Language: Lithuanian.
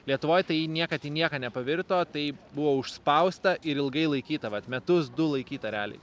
lietuvoj tai niekad į nieką nepavirto tai buvo užspausta ir ilgai laikyta vat metus du laikyta realiai